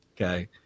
Okay